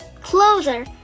closer